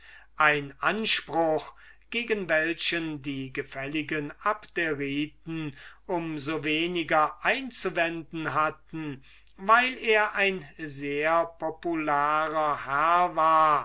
ein anspruch wogegen die gefälligen abderiten um so weniger einzuwenden hatten weil er ein sehr popularer herr war